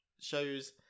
shows